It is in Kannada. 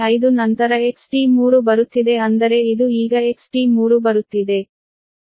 205 ನಂತರ XT3 ಬರುತ್ತಿದೆ ಅಂದರೆ ಇದು ಈಗ XT3 ಬರುತ್ತಿದೆ